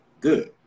Good